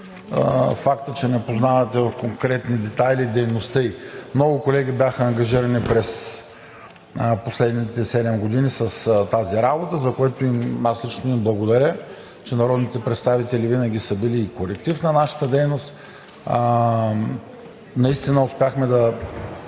факта, че не познавате конкретни детайли от дейността ѝ. Много колеги бяха ангажирани през последните седем години с тази работа, за което лично им благодаря. Народните представители винаги са били коректив на нашата дейност. Наистина успяхме да